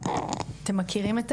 אתם מכירים,